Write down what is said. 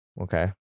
Okay